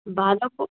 বাঁধাকপি